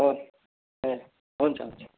हो ए हुन्छ हुन्छ